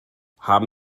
haben